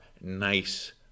nice